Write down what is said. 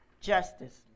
Justice